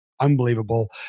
unbelievable